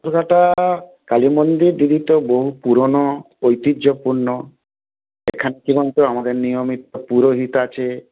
কালী মন্দির দিদি তো বহু পুরোনো ঐতিহ্যপূর্ণ এখানে আমাদের নিয়মিত পুরোহিত আছে